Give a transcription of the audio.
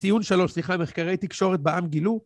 טיעון שלא, סליחה, מחקרי תקשורת בעם גילו